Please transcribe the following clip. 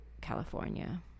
California